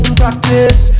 practice